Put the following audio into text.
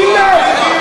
טיל "לאו".